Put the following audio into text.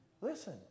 Listen